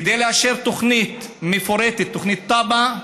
כדי לאשר תוכנית מפורטת, תוכנית תב"ע,